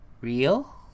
real